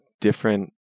different